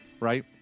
right